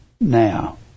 Now